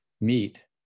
meet